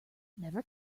never